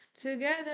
together